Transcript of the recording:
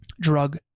drug